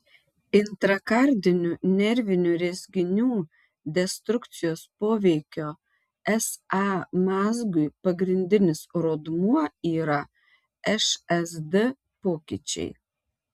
intrakardinių nervinių rezginių destrukcijos poveikio sa mazgui pagrindinis rodmuo yra šsd pokyčiai